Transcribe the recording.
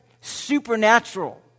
supernatural